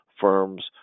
firms